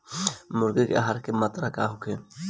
मुर्गी के आहार के मात्रा का होखे?